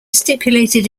stipulated